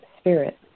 spirit